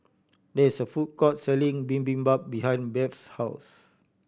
there is a food court selling Bibimbap behind Beth's house